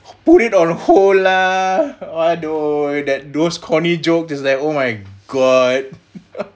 put it on hold lah adoi that those corny joke does that oh my god